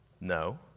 no